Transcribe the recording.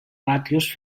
ràtios